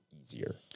easier